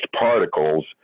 particles